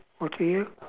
okay